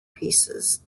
pieces